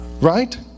Right